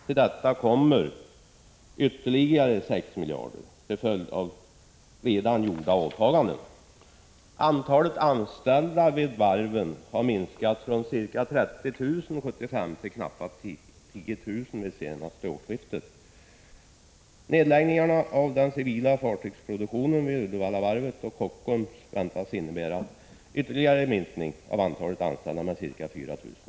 Till detta kommer ytterligare 6 miljarder till följd av redan gjorda åtaganden. Antalet anställda vid varven har minskat från ca 30 000 år 1975 till knappa 10 000 vid senaste årsskiftet. Nedläggningarna av den civila fartygsproduktionen vid Uddevallavarvet och Kockums väntas innebära en ytterligare minskning av antalet anställda med ca 4 000.